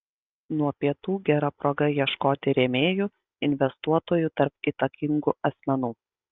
nuo pietų gera proga ieškoti rėmėjų investuotojų tarp įtakingų asmenų